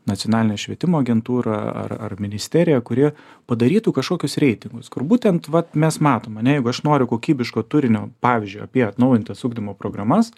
nacionalinė švietimo agentūra ar ar ministerija kuri padarytų kažkokius reitingus kur būtent vat mes matom ane jeigu aš noriu kokybiško turinio pavyzdžiui apie atnaujintas ugdymo programas